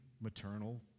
maternal